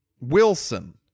Wilson